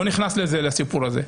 אני לא נכנס לסיפור הזה.